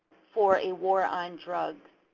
for a war on drugs.